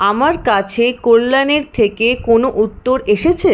আমার কাছে কল্যাণের থেকে কোনো উত্তর এসেছে